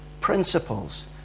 principles